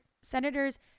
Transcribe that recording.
senators